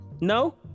No